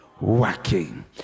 working